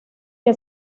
que